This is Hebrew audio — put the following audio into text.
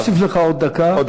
אני מוסיף לך עוד דקה,